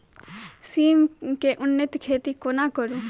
सिम केँ उन्नत खेती कोना करू?